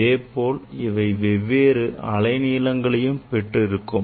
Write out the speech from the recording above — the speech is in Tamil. அதேபோல் இவை வெவ்வேறு அலைநீளங்களையும் பெற்றிருக்கும்